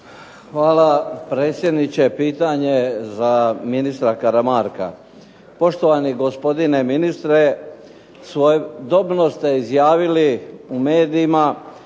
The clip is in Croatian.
Hvala predsjedniče. Pitanje za ministra Karamarka. Poštovani gospodine ministre svojedobno ste izjavili u medijima